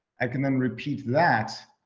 i can then repeat that.